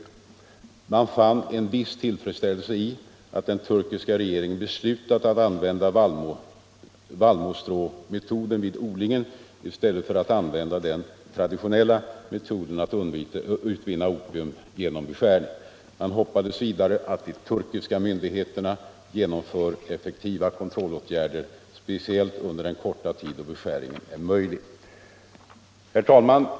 Man fann en viss tillfredsställelse i att den turkiska regeringen beslutat att använda vallmostråmetoden vid odlingen i stället för att använda den traditionella metoden att utvinna opium genom beskärning. Man hoppades vidare att de turkiska myndigheterna skall genomföra heroin 243 effektiva kontrollåtgärder, speciellt under den korta period då beskärning är möjlig. Herr talman!